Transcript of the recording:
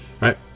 right